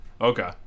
Okay